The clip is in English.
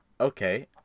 Okay